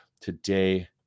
Today